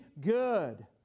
good